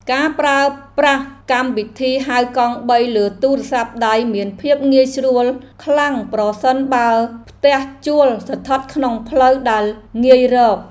ការប្រើប្រាស់កម្មវិធីហៅកង់បីលើទូរស័ព្ទដៃមានភាពងាយស្រួលខ្លាំងប្រសិនបើផ្ទះជួលស្ថិតក្នុងផ្លូវដែលងាយរក។